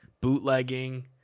Bootlegging